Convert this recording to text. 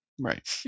right